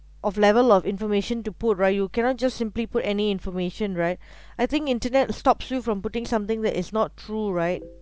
of level of information to put right you cannot just simply put any information right I think internet stops you from putting something that is not true right